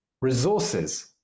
resources